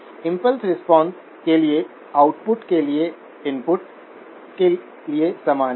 impulse response के लिए output के लिए इनपुट के लिए समान है